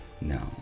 No